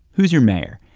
who's your mayor?